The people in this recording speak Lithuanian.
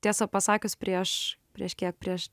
tiesą pasakius prieš prieš kiek prieš